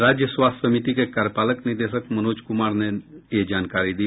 राज्य स्वास्थ्य समिति के कार्यपालक निदेशक मनोज कुमार ने ये जानकारी दी